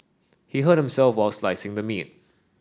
he hurt himself while slicing the meat